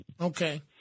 Okay